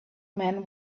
man